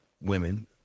women